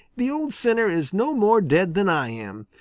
the old sinner is no more dead than i am.